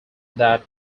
that